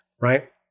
right